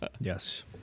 Yes